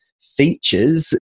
features